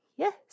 Yes